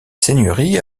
seigneurie